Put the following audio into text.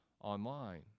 online